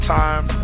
time